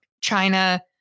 China